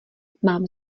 mám